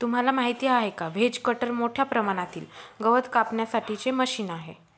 तुम्हाला माहिती आहे का? व्हेज कटर मोठ्या प्रमाणातील गवत कापण्यासाठी चे मशीन आहे